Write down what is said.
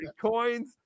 coins